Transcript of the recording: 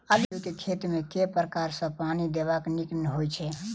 आलु केँ खेत मे केँ प्रकार सँ पानि देबाक नीक होइ छै?